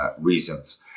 reasons